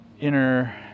inner